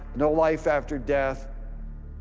no life after death,